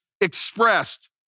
expressed